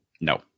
No